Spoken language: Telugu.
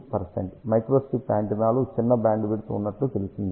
5 మైక్రోస్ట్రిప్ యాంటెనాలు చిన్న బ్యాండ్విడ్త్ ఉన్నట్లు తెలిసింది